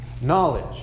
Knowledge